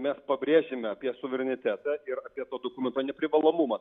mes pabrėžėme apie suverenitetą ir apie to dokumento neprivalomumą